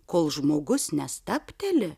kol žmogus nestabteli